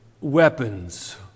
weapons